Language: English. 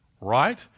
right